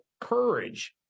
Courage